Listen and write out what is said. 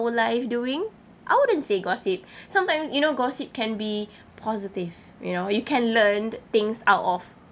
life doing I wouldn't say gossip sometime you know gossip can be positive you know you can learn things out of